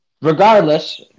Regardless